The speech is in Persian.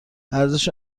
ارزش